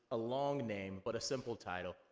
a long name, but a simple title,